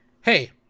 hey